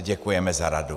Děkujeme za radu.